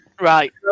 Right